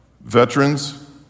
Veterans